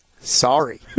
Sorry